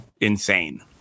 insane